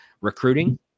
Recruiting